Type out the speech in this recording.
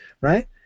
right